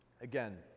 Again